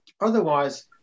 otherwise